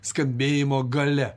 skambėjimo galia